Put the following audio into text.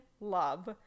Love